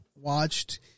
watched